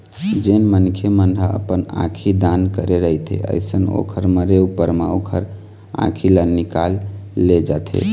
जेन मनखे मन ह अपन आंखी दान करे रहिथे अइसन ओखर मरे ऊपर म ओखर आँखी ल निकाल ले जाथे